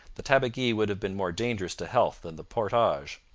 the tabagie would have been more dangerous to health than the portage.